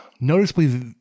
noticeably